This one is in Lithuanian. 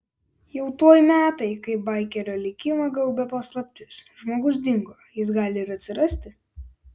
jau tuoj metai kai baikerio likimą gaubia paslaptis žmogus dingo jis gali ir atsirasti